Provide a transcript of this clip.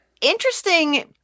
interesting